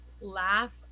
laugh